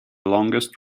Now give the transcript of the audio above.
longest